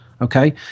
Okay